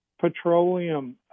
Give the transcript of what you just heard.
petroleum